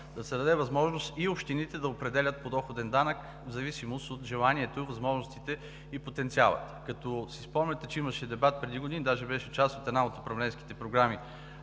да се даде възможност и общините да определят подоходен данък в зависимост от желанието, възможностите и потенциала. Спомняте си, че имаше дебат преди години, даже беше част от една от управленските програми